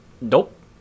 Nope